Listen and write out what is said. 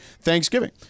Thanksgiving